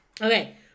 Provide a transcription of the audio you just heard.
Okay